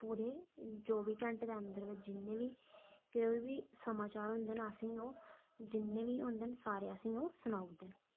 पूरे चौह्बी घैंटे दे अंदर जिन्ने बी कोई बी समाचार होंदे न असें गी ओह् जिन्ने बी होंदे न सारे असें गी ओह् सनाई ओड़दे न